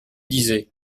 disait